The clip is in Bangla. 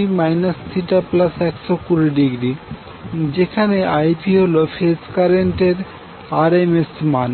ic2Ipcos ω t θ120° যেখানে Ipহল ফেজ কারেন্ট এর rms মান